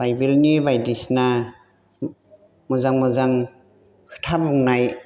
बाइबेलनि बायदिसिना मोजां मोजां खोथा बुंनाय